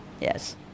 yes